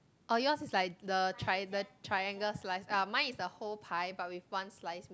orh yours is like the tri~ the triangle slice ah mine is the whole pie but with one slice meat